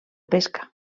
pesca